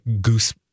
goose